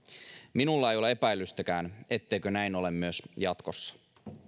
minulla ei ole epäilystäkään etteikö näin ole myös jatkossa